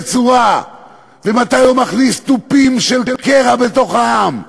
צורה ומתי הוא מכניס תופים של קרע בתוך העם,